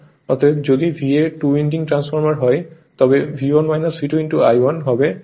অতএব যদি VA two winding transformer হয় তবে V1 V2 I1 হবে